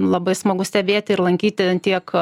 labai smagu stebėti ir lankyti a tiek